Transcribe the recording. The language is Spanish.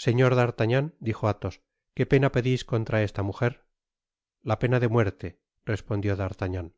i señor d'artagrian dijo athos qué pena pedis contra esta mujer la pena de muerte respondió d'artagnan